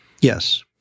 Yes